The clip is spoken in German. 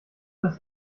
das